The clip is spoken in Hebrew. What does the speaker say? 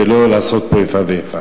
ולא לעשות פה איפה ואיפה.